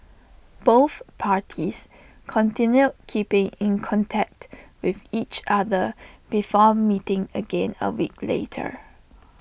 both parties continued keeping in contact with each other before meeting again A week later